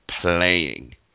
playing